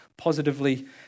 positively